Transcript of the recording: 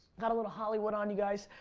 got a little hollywood on you guys